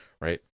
right